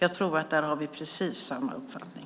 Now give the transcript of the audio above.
Jag tror att vi där har samma uppfattning.